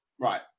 Right